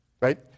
Right